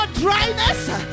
dryness